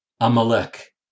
Amalek